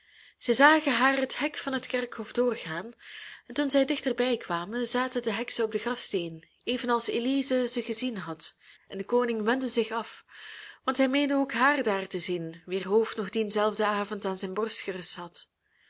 zij zagen haar het hek van het kerkhof doorgaan en toen zij daar dichter bij kwamen zaten de heksen op den grafsteen evenals elize ze gezien had en de koning wendde zich af want hij meende ook haar daar te zien wier hoofd nog dien zelfden avond aan zijn borst gerust had